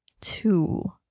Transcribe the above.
Two